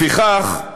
לפיכך,